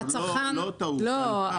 לא טעות --- לא,